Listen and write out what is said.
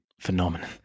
Phenomenon